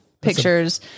pictures